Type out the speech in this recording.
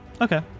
Okay